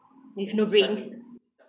with no brain